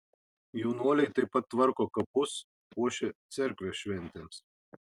jaunuoliai taip pat tvarko kapus puošia cerkvę šventėms